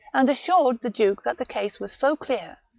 and assured the duke that the case was so clear,